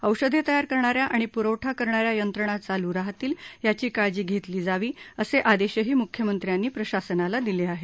औषधे तयार करणाऱ्या आणि प्रवठा करणाऱ्या यंत्रणा चालू राहतील याची काळजी घेतली जावी असे आदेशही मुख्यमंत्र्यांनी प्रशासनाला दिले आहेत